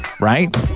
right